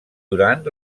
durant